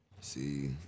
See